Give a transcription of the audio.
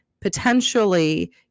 potentially